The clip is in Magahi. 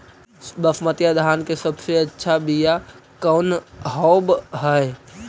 बसमतिया धान के सबसे अच्छा बीया कौन हौब हैं?